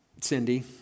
Cindy